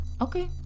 Okay